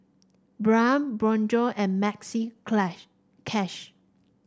Braun Bonjour and Maxi clash Cash